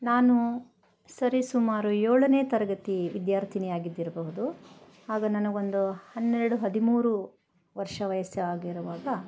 ನಾನು ಸರಿ ಸುಮಾರು ಏಳನೇ ತರಗತಿ ವಿದ್ಯಾರ್ಥಿನಿ ಆಗಿದ್ದಿರಬಹುದು ಆಗ ನನಗೊಂದು ಹನ್ನೆರಡು ಹದಿಮೂರು ವರ್ಷ ವಯಸ್ಸಾಗಿರುವಾಗ